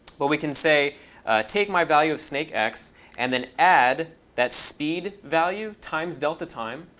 but we can say take my value of snakex and then add that speed value times delta time.